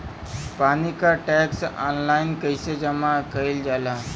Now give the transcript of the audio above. पानी क tax online कईसे जमा कईल जाला?